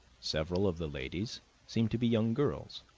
several of the ladies seemed to be young girls,